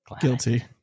Guilty